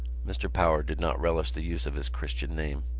mr. power did not relish the use of his christian name.